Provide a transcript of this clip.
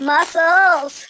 Muscles